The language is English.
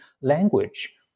language